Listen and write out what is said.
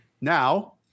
Now